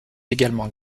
également